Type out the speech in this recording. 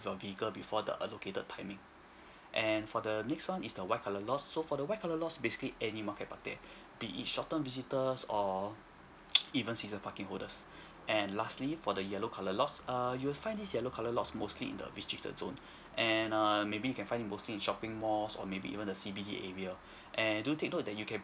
your vehicle before the allocated timing and for the next one is the white colour lots so for the white colour lots basically anyone can park there be it short term visitor or even season parking holders and lastly for the yellow colour lots err you will find this yellow colour lots mostly in the restricted zone and err maybe you can find it mostly in shopping malls or maybe even the C_B_D area and do take note that you can